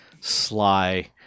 sly